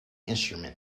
instrument